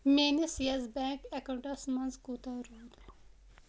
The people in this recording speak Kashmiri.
میٲنِس یؠس بینٛگ اکاونٹَس منٛز کوٗتاہ روٗد